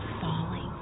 falling